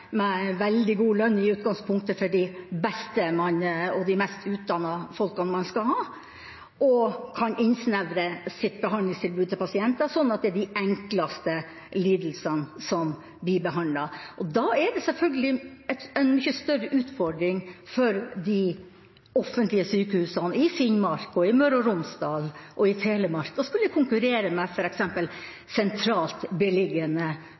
med veldig god lønn i utgangspunktet for de beste og de mest utdannede folkene man skal ha, og som kan innsnevre sitt behandlingstilbud til pasienter, slik at det er de enkleste lidelsene som blir behandlet. Da er det selvfølgelig en mye større utfordring for de offentlige sykehusene i Finnmark, Møre og Romsdal og Telemark å skulle konkurrere med f.eks. sentralt beliggende